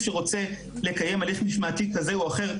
שרוצה לקיים הליך משמעתי כזה או אחר,